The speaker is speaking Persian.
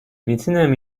میتونم